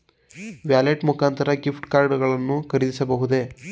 Wallet ಮುಖಾಂತರ gift card ಗಳನ್ನು ಖರೀದಿಸಬಹುದೇ?